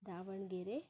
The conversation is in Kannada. ದಾವಣಗೆರೆ